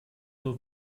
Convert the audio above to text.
nur